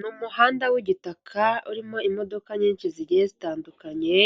Ni umuhanda w'igitaka urimo imodoka nyinshi zigiye zitandukanye,